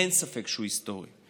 אין ספק שהוא היסטורי.